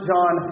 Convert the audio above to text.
John